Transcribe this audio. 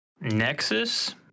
Nexus